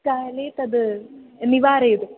काले तद् निवारयतु